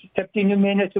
septynių mėnesių